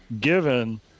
given